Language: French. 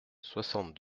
soixante